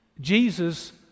Jesus